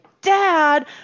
dad